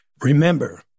Remember